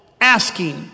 asking